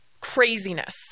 Craziness